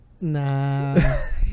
Nah